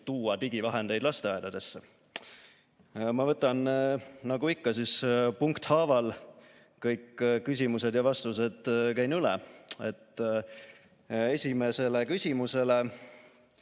tuua digivahendeid lasteaedadesse. Ma võtan nagu ikka punkthaaval, kõik küsimused ja vastused käin üle. Esimesele küsimusele